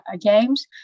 Games